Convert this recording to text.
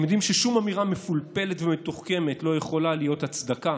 הם יודעים ששום אמירה מפולפלת ומתוחכמת לא יכולה להיות הצדקה